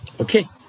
Okay